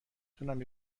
تونم